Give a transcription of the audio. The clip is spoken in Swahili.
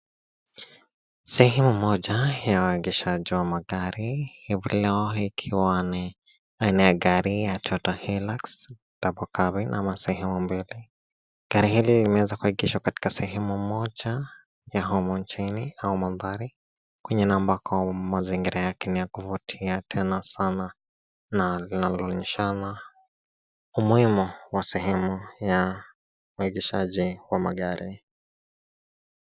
Sehemu moja ya uegeshaji wa magari , hivi leo ikiwa ni aina ya gari ya Toyota Hilux Double Cabin ama sehemu mbili . Gari hili limeweza kuegeshwa katika sehemu moja ya humu nchini au mandhari kwenye ambako mazingira ni ya kuvutia tena sana na linaonyeshana umuhimu wa sehemu ya uegeshaji wa magari.